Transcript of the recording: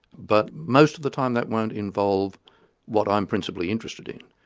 but most of the time that won't involve what i'm principally interested in,